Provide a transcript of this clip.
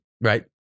Right